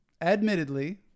admittedly